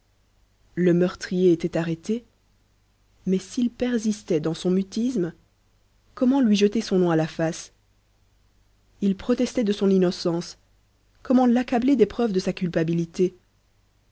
le meurtrier était arrêté mais s'il persistait dans son mutisme comment lui jeter son nom à la face il protestait de son innocence comment l'accabler des preuves de sa culpabilité